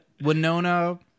Winona